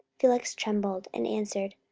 felix trembled, and answered,